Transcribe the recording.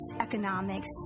economics